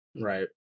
right